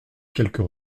quelques